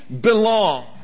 belong